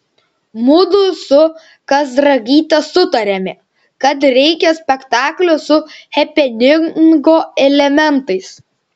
mudu su kazragyte sutarėme kad reikia spektaklio su hepeningo elementais